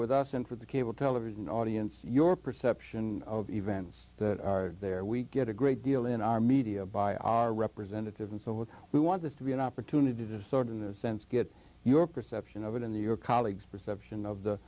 with us and for the cable television audience your perception of events that are there we get a great deal in our media by our representatives and so what we want this to be an opportunity to sort of in a sense get your perception of it in the your colleague's perception of the